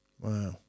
wow